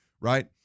right